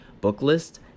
Booklist